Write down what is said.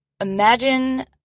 imagine